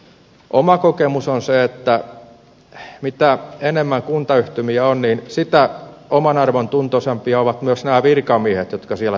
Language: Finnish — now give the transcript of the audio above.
oma kokemukseni on se että mitä enemmän kuntayhtymiä on niin sitä omanarvontuntoisempia ovat myös nämä virkamiehet jotka siellä toimivat